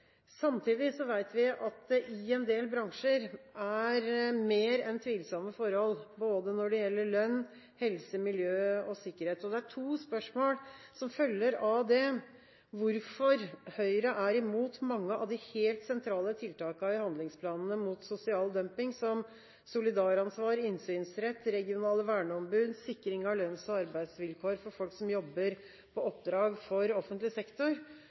Samtidig vet vi at det i en del bransjer er mer enn tvilsomme forhold når det gjelder lønn, helse, miljø og sikkerhet. Det er to spørsmål som følger av det: Hvorfor er Høyre imot mange av de helt sentrale tiltakene i handlingsplanene mot sosial dumping; solidaransvar, innsynsrett, regionale verneombud og sikring av lønns- og arbeidsvilkår for folk som jobber på oppdrag for offentlig sektor?